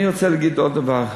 אני רוצה להגיד עוד דבר.